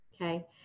okay